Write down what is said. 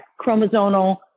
chromosomal